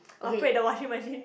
operate the washing machine